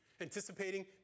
anticipating